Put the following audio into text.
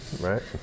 right